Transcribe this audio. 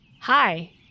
Hi